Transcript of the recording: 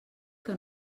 que